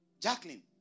Jacqueline